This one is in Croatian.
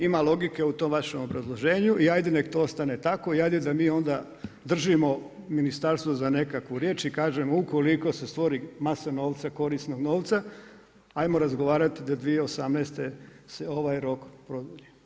Ima logike u tom vašem obrazloženju i ajde nek to ostane tako i ajde da mi onda držimo ministarstvo za nekakvu riječ i kažemo ukoliko se stvori masa novca, korisnog novca, ajmo razgovarati da 2018. se ovaj rok produlji.